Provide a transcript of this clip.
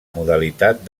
modalitat